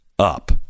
up